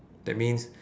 that means